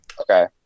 Okay